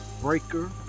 Breaker